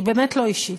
היא באמת לא אישית.